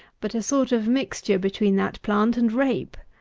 but a sort of mixture between that plant and rape.